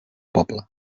poble